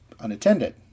unattended